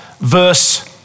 verse